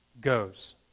goes